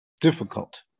difficult